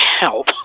help